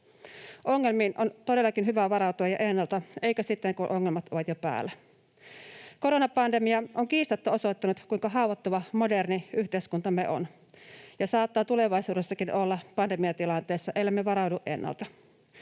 Ongelmiin on todellakin hyvä varautua jo ennalta eikä sitten, kun ongelmat ovat jo päällä. Koronapandemia on kiistatta osoittanut, kuinka haavoittuva moderni yhteiskuntamme on ja saattaa tulevaisuudessakin olla pandemiatilanteessa, ellemme varaudu ennalta.